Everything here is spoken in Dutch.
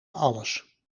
alles